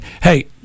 hey